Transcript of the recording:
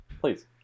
Please